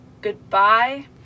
goodbye